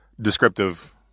descriptive